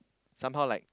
somehow like